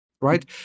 right